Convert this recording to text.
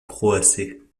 croasser